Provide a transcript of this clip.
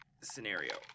scenario